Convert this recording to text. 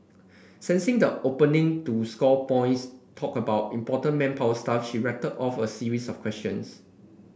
sensing the opening to score points talk about important manpower stuff she rattled off a series of questions